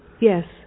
Yes